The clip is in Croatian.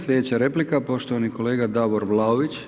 Sljedeća replika poštovani kolega Davor Vlaović.